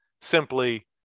simply